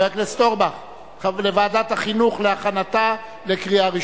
התרבות והספורט נתקבלה.